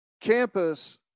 campus